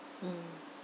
mm